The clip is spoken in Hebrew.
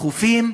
בחופים,